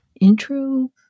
intro